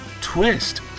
Twist